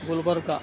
Gulbarga